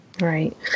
Right